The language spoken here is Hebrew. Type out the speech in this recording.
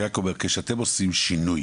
אני רק אומר, כשאתם עושים שינוי